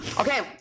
Okay